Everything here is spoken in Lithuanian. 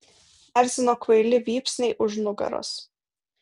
erzino kvaili vypsniai už nugaros